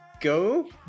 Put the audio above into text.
Go